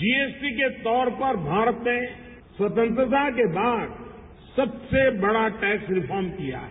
GST के तौर पर भारत ने स्वतंत्रता के बाद सबसे बड़ा टैक्स रिफ्रोम किया है